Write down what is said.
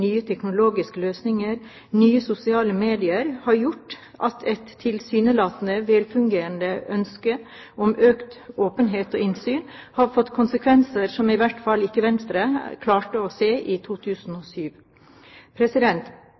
nye teknologiske løsninger og nye sosiale medier har gjort at et tilsynelatende velfundert ønske om økt åpenhet og innsyn har fått konsekvenser som i hvert fall ikke Venstre klarte å se i